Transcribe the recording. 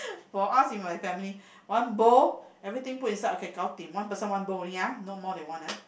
for us in my family one bowl everything put inside okay gao dim one person one bowl only ah not more than one ah